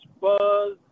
buzz